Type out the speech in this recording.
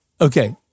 Okay